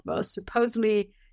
supposedly